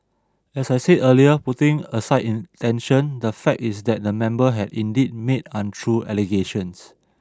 as I said earlier putting aside intention the fact is that the member has indeed made untrue allegations